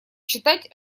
считать